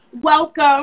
welcome